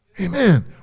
amen